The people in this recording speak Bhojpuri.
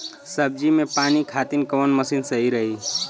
सब्जी में पानी खातिन कवन मशीन सही रही?